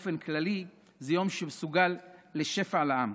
באופן כללי זה יום שמסוגל לשפע לעם.